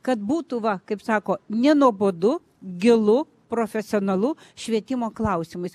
kad būtų va kaip sako nenuobodu gilu profesionalu švietimo klausimais